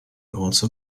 also